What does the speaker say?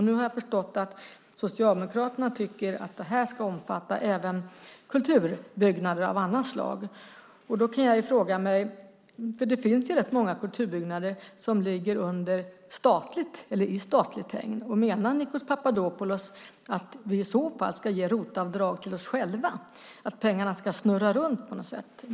Nu har jag förstått att Socialdemokraterna tycker att det här ska omfatta även kulturbyggnader av annat slag. Det finns rätt många kulturbyggnader under statligt hägn. Menar Nikos Papadopoulos att vi i så fall ska ge ROT-avdrag till oss själva, att pengarna ska snurra runt på något sätt?